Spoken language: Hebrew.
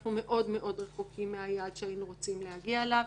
אנחנו מאוד מאוד רחוקים מהיעד שהיינו רוצים להגיע אליו.